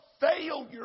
failure